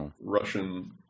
Russian